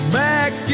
back